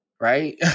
right